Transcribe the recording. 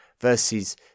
versus